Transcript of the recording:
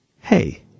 Hey